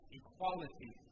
equality